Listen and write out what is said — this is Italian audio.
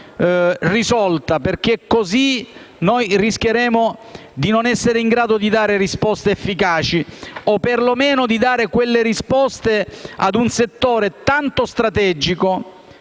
risolta, perché così noi rischieremo di non essere in grado di dare risposte efficaci, o perlomeno di dare quelle risposte a un settore tanto strategico